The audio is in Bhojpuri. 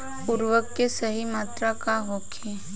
उर्वरक के सही मात्रा का होखे?